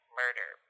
murder